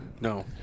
No